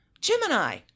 Gemini